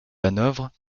hanovre